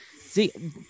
See